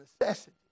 necessity